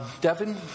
Devin